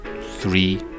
three